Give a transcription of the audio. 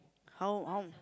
how how